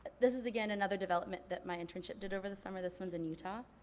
this is again another development that my internship did over the summer, this one's in utah.